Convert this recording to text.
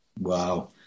Wow